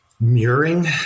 mirroring